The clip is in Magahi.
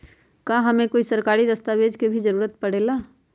का हमे कोई सरकारी दस्तावेज के भी जरूरत परे ला?